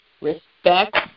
respect